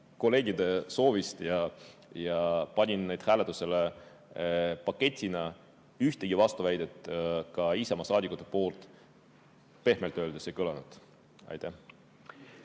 kolleegide soovist ja panin need hääletusele paketina. Ühtegi vastuväidet Isamaa saadikutelt, pehmelt öeldes, ei kõlanud. Aitäh!